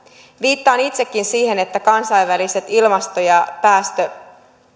viittaan itsekin siihen että kansainväliset ilmasto ja